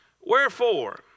Wherefore